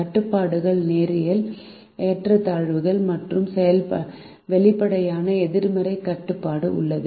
கட்டுப்பாடுகள் நேரியல் ஏற்றத்தாழ்வுகள் மற்றும் வெளிப்படையான எதிர்மறை கட்டுப்பாடு உள்ளது